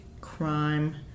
crime